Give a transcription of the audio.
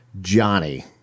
Johnny